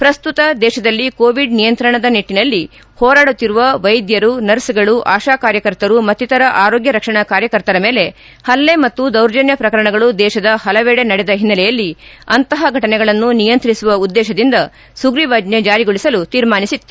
ಪ್ರಸ್ತುತ ದೇಶದಲ್ಲಿ ಕೋವಿಡ್ ನಿಯಂತ್ರಣ ನಿಟ್ಟನಲ್ಲಿ ಹೋರಾಡುತ್ತಿರುವ ವೈದ್ಯರು ನರ್ಸ್ಗಳು ಆಶಾ ಕಾರ್ಯಕರ್ತರು ಮತ್ತಿತರ ಆರೋಗ್ಯ ರಕ್ಷಣಾ ಕಾರ್ಯಕರ್ತರ ಮೇಲೆ ಪಲ್ಲೆ ಮತ್ತು ದೌರ್ಜನ್ಯ ಪ್ರಕರಣಗಳು ದೇಶದ ಹಲವೆಡೆ ನಡೆದ ಹಿನ್ನೆಲೆಯಲ್ಲಿ ಅಂತಹ ಘಟನೆಗಳನ್ನು ನಿಯಂತ್ರಿಸುವ ಉದ್ದೇಶದಿಂದ ಸುಗ್ರೀವಾಜ್ಞೆ ಜಾರಿಗೊಳಿಸಲು ತೀರ್ಮಾನಿಸಿತ್ತು